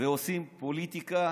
ועושים פוליטיקה